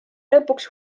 lõpuks